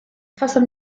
cawsom